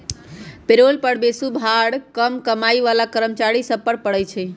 payroll कर बेशी भार कम कमाइ बला कर्मचारि सभ पर पड़इ छै